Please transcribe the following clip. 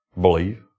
Believe